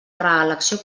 reelecció